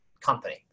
company